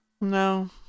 No